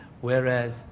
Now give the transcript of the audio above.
Whereas